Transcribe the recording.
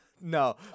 no